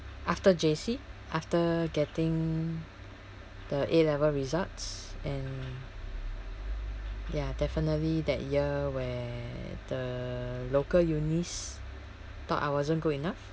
after J_C after getting the A level results and ya definitely that year where the local unis thought I wasn't good enough